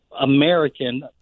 American